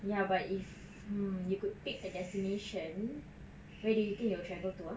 ya but if mm you could pick a destination where do you think you will travel to uh